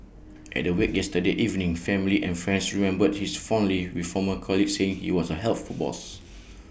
at the wake yesterday evening family and friends remembered his fondly with former colleagues saying he was A helpful boss